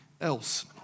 else